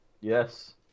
Yes